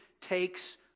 takes